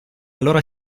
allora